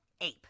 ape